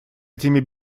этими